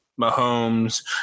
Mahomes –